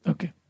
Okay